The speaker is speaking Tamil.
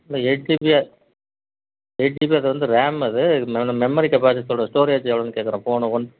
இல்லை எயிட் ஜிபி எயிட் ஜிபி அது வந்து ரேம் அது இது மெ மெமரி கெபாசிட்டி சொல்கிறேன் ஸ்டோரேஜு எவ்வளோன்னு கேட்குறேன் ஃபோனு ஒன்